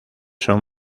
son